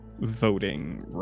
voting